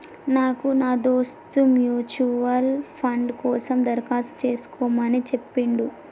నాకు నా దోస్త్ మ్యూచువల్ ఫండ్ కోసం దరఖాస్తు చేసుకోమని చెప్పిండు